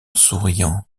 souriant